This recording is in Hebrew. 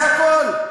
זה הכול.